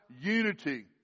unity